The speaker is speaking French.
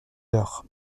heures